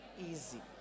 Easy